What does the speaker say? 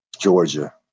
Georgia